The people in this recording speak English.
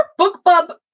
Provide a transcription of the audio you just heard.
Bookbub